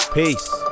Peace